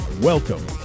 welcome